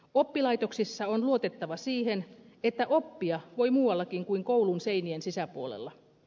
oppilaitoksissa on luotettava siihen että oppia voi muuallakin kuin koulun seinien sisäpuolella